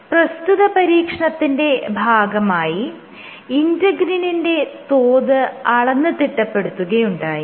പ്രസ്തുത പരീക്ഷണത്തിന്റെ ഭാഗമായി ഇന്റെഗ്രിനിന്റെ തോത് അളന്ന് തിട്ടപ്പെടുത്തുകയുണ്ടായി